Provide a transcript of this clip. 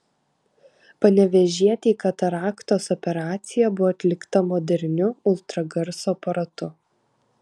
panevėžietei kataraktos operacija buvo atlikta moderniu ultragarso aparatu